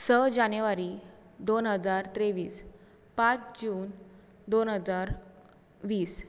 स जानेवारी दोन हजार त्रेवीस पांच जून दोन हजार वीस